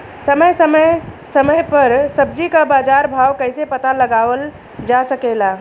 समय समय समय पर सब्जी क बाजार भाव कइसे पता लगावल जा सकेला?